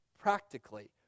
practically